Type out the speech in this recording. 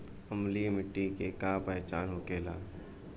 अम्लीय मिट्टी के का पहचान होखेला?